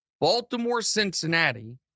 Baltimore-Cincinnati